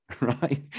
right